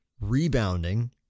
rebounding